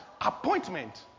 Appointment